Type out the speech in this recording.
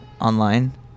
online